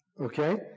Okay